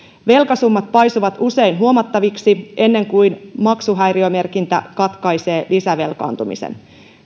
velkasummat paisuvat usein huomattaviksi ennen kuin maksuhäiriömerkintä katkaisee lisävelkaantumisen